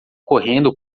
correndo